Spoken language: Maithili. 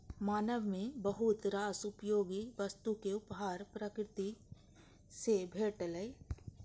मानव कें बहुत रास उपयोगी वस्तुक उपहार प्रकृति सं भेटलैए